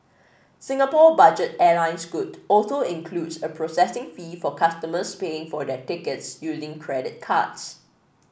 Singapore budget airline Scoot also includes a processing fee for customers paying for their tickets using credit cards